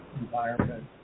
environment